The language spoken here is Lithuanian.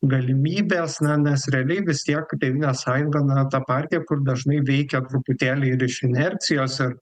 galimybės na nes realiai vis tiek tėvynės sąjunga na ta partija kur dažnai veikia truputėlį ir iš inercijos ir